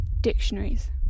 dictionaries